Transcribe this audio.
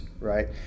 right